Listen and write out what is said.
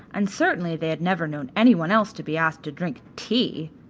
and certainly they had never known any one else to be asked to drink tea.